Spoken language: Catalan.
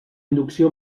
inducció